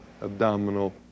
abdominal